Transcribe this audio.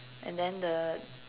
and then the